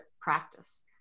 practice